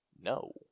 No